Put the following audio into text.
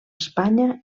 espanya